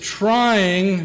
trying